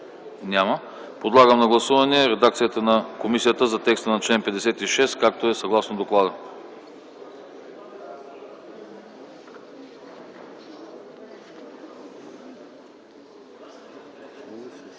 Няма. Подлагам на гласуване редакцията на комисията за текст на чл. 56, съгласно доклада.